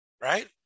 right